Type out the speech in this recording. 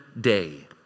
day